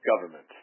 government